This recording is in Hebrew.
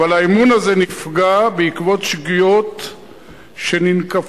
אבל האמון הזה נפגע בעקבות שגיאות שננקפות